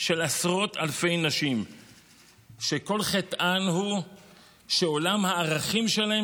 של עשרות אלפי נשים שכל חטאן הוא שעולם הערכים שלהן